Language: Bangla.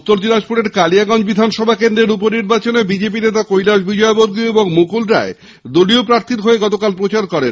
উত্তর দিনাজপুরের কালিয়াগঞ্জ বিধানসভা কেন্দ্রের উপ নির্বাচনে বিজেপি নেতা কৈলাস বিজয়বর্গীয় ও মুকুল রায় দলীয় প্রার্থীর হয়ে প্রচার করেন